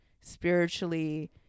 spiritually